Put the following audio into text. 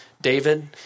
David